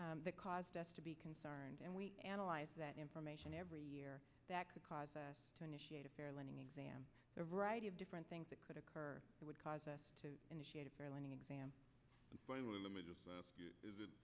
that caused us to be concerned and we analyze that information every year that could cause us to initiate a fair lending exam or variety of different things that could occur that would cause us to initiate a fair lending exam